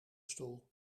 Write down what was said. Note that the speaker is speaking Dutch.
stoel